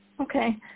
Okay